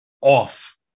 off